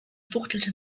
fuchtelte